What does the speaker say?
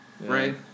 right